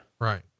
Right